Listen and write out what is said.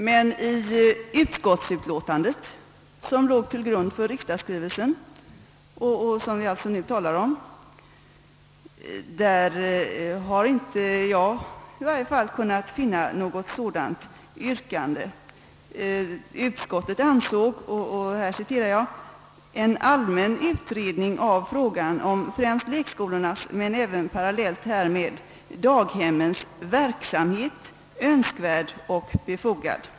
Men i utskottsutlåtandet, som låg till grund för riksdagsskrivelsen och som vi alltså nu talar om, har i varje fall inte jag kunnat finna något sådant yrkande. Utskottet ansåg »en allmän utredning av frågan om främst lekskolornas men även parallellt härmed daghemmens verksamhet önskvärd och befogad».